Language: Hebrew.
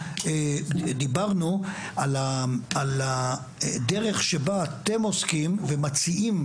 דיברנו על הדרך שבה אתם עוסקים ומציעים.